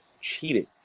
cheated